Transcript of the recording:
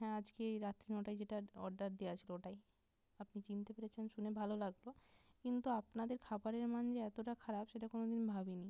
হ্যাঁ আজকে রাত্রি নয়টায় যেটা অর্ডার দেওয়া ছিলো ওটাই আপনি চিনতে পেরেছেন শুনে ভালো লাগলো কিন্তু আপনাদের খাবারের মান যে এতটা খারাপ সেটা কোনো দিন ভাবিনি